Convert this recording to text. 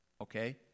okay